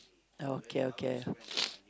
okay okay